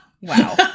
wow